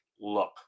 look